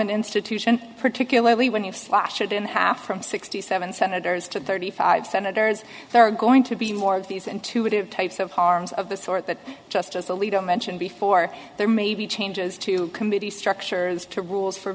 an institution particularly when you've slashed it in half from sixty seven senators to thirty five senators there are going to be more of these intuitive types of harms of the sort that justice alito mentioned before there maybe changes to committee structures to rules for